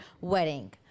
wedding